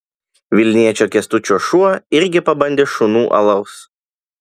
vilniečio kęstučio šuo irgi pabandė šunų alaus